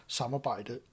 samarbejde